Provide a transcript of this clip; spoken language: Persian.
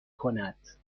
کند